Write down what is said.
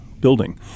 building